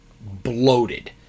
bloated